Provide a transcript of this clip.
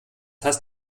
hast